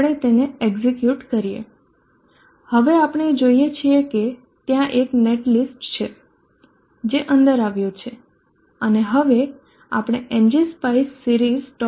આપણે તેને એક્ઝીક્યુટ કરીએ હવે આપણે જોઈએ છીએ કે ત્યાં એક નેટલિસ્ટ છે જે અંદર આવ્યું છે અને હવે આપણે ngspice series